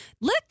Look